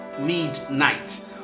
midnight